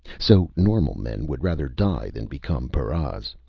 so normal men would rather die than become paras!